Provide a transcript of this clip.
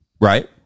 Right